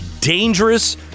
dangerous